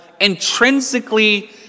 intrinsically